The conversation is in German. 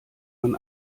man